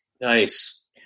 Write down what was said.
nice